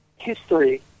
History